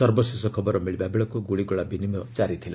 ସର୍ବଶେଷ ଖବର ମିଳିବା ବେଳକୁ ଗୁଳିଗୋଳା ବିନିମୟ ଜାରିଥିଲା